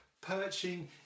perching